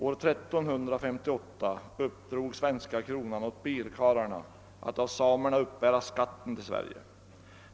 Anno 1358 uppdrog svenska kronan åt birkarlarna att av samerna uppbära skatten till Sverige.